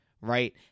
right